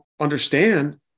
understand